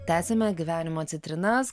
tęsiame gyvenimo citrinas